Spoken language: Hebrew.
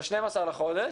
ב-12 בחודש.